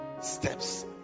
steps